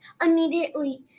Immediately